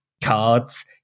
cards